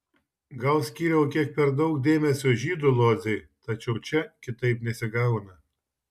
gal skyriau kiek per daug dėmesio žydų lodzei tačiau čia kitaip nesigauna